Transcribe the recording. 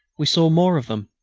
we saw more of them.